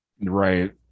Right